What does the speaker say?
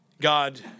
God